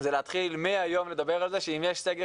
זה להתחיל מהיום לדבר על זה שאם יש סגר